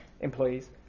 employees